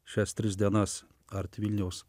šias tris dienas ar vilniaus